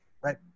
right